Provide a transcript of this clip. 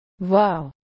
Wow